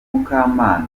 mukamana